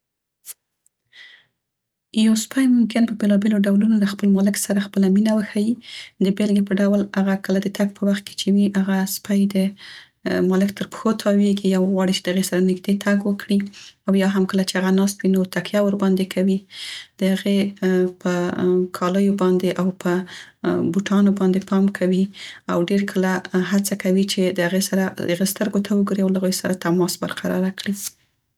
یو سپی ممکن په بیلابیلو ډولونو له خپل مالک سره خپله مینه وښيي. د بیلګې په ډول هغه کله د تګ په وخت کې چې وي هغه سپی د مالک تر پښو تاویګي او غواړي چې د هغې سره نیږدې تګ وکړي او یا هم کله چې بوټانو باندې پام کوي او ډیر کله هڅه کوي چې د هغوی سره، د هغې سترګو ته وګوري. په کالیو باندې او په هغه ناست وي نو تکیه ورباندې کوي، د هغې او له هغوی سره تماس برقراره کړي.